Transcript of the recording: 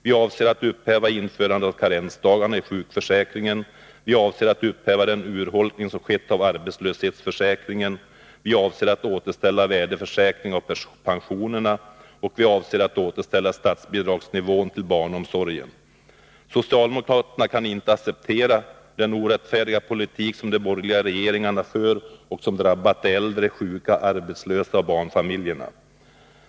Vi avser att upphäva införandet av karensdagarna i sjukförsäkringen. Vi avser att upphäva den urholkning som skett av arbetslöshetsförsäkringen. Vi avser att återställa värdesäkringen av pensionerna, och vi avser att återställa statsbidragsnivån när det gäller barnomsorgen. Socialdemokraterna kan inte acceptera den orättfärdiga politik som de borgerliga regeringarna för och som drabbat de äldre, sjuka, arbetslösa och barnfamiljerna.